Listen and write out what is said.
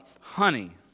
honey